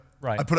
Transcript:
Right